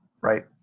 right